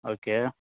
okay